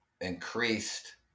increased